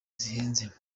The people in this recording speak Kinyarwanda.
zihenze